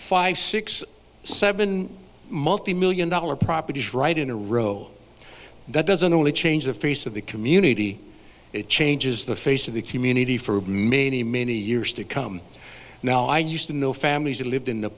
five six seven multi million dollar properties right in a row that doesn't only change the face of the community it changes the face of the community for many many years to come now i used to know families that lived in the